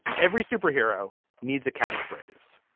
every superhero needs a catchphrase.